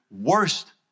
worst